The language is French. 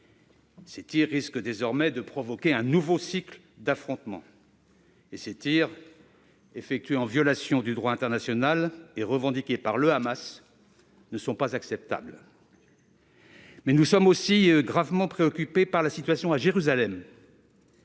Ces tirs risquent désormais de provoquer un nouveau cycle d'affrontements. Effectués en violation du droit international et revendiqués par le Hamas, ils ne sont pas acceptables. Nous sommes aussi gravement préoccupés par la situation à Jérusalem.